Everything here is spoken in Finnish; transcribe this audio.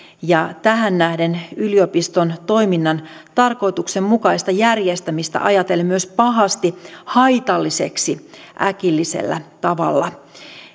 ja tähän nähden yliopiston toiminnan tarkoituksenmukaista järjestämistä ajatellen myös pahasti haitalliseksi äkillisellä tavalla